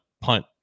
punt